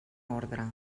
orde